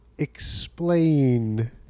Explain